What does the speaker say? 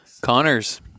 Connor's